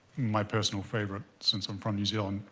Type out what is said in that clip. my personal favorite, since i'm from new zealand,